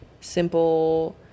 simple